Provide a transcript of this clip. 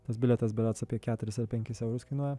tas bilietas berods apie keturis penkis eurus kainuoja